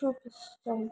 చూపిస్తాయి